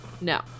No